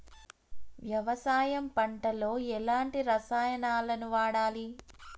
వ్యవసాయం పంట లో ఎలాంటి రసాయనాలను వాడాలి?